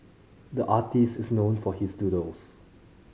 the artist is known for his doodles